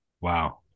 Wow